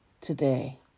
today